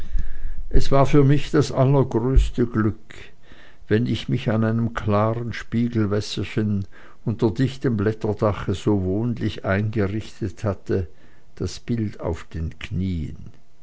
es war für mich das allergrößte glück wenn ich mich an einem klaren spiegelwässerchen unter dichtem blätterdache so wohnlich eingerichtet hatte das bild auf den knien